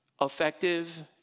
effective